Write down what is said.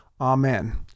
Amen